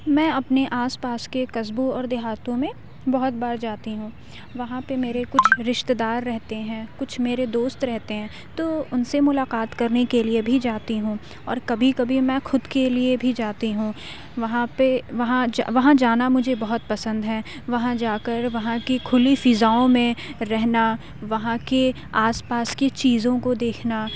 میں اپنے آس پاس کے قصبوں اور دیہاتوں میں بہت بار جاتی ہوں وہاں پہ میرے کچھ رشتہ دار رہتے ہیں کچھ میرے دوست رہتے ہیں تو اُن سے ملاقات كرنے كے لیے بھی جاتی ہوں اور کبھی کبھی میں خود کے لیے بھی جاتی ہوں وہاں پہ وہاں جا وہاں جانا مجھے بہت پسند ہے وہاں جا كر وہاں كی كُھلی فضاؤں میں رہنا وہاں كے آس پاس کی چیزوں کو دیکھنا